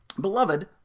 Beloved